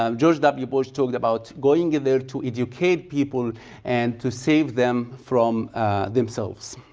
um george w bush talked about going there to educate people and to save them from themselves.